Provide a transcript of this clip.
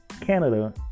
Canada